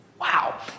Wow